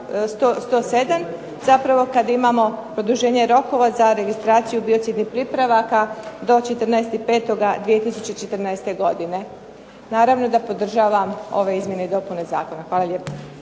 zapravo kad imamo produženje rokova za registraciju biocidnih pripravaka do 14.05.2014. godine. Naravno da podržavam ove izmjene i dopune zakona. Hvala lijepo.